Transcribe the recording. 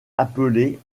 appelées